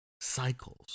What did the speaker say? cycles